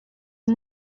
uyu